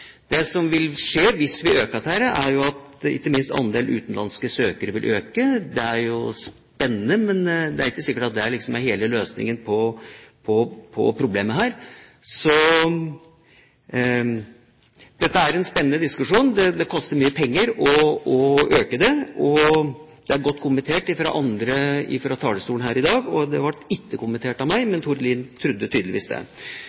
Det som vil skje hvis vi øker dette, er at ikke minst andelen utenlandske søkere vil øke. Det er jo spennende, men det er ikke sikkert at det er hele løsningen på problemet. Dette er en spennende diskusjon – det koster mye penger å øke lønnsnivået, og det er godt kommentert fra andre på talerstolen her i dag. Det ble ikke kommentert av meg, men Tord Lien trodde tydeligvis det.